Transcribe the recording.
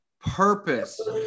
purpose